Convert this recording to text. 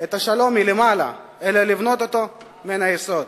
את השלום מלמעלה אלא יש לבנות אותו מן היסוד.